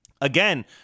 Again